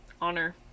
honor